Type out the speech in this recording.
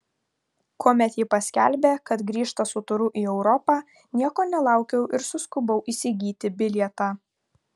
kuomet ji paskelbė kad grįžta su turu į europą nieko nelaukiau ir suskubau įsigyti bilietą